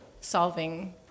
solving